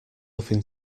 nothing